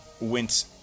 went